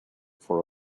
for